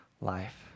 life